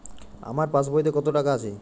আমার পাসবইতে কত টাকা আছে?